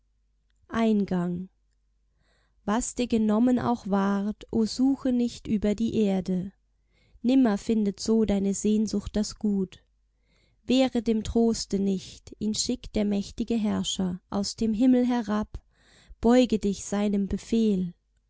eingang was dir genommen auch ward o suche nicht über die erde nimmer findet so deine sehnsucht das gut wehre dem troste nicht ihn schickt der mächtige herrscher aus dem himmel herab beuge dich seinem befehl